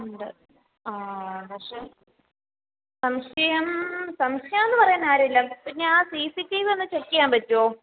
ഉണ്ട് ആ പക്ഷേ സംശയം സംശയം എന്ന് പറയാനാരുമില്ലാ പിന്നെയാ സി സി ടി വ്യൊന്ന് ചെക്ക് ചെയ്യാൻ പറ്റുമോ